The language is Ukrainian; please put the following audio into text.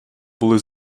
були